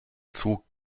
zoo